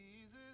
Jesus